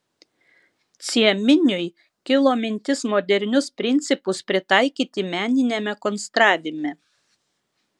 cieminiui kilo mintis modernius principus pritaikyti meniniame konstravime